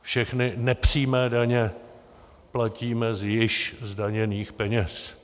Všechny nepřímé daně platíme z již zdaněných peněz.